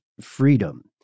freedom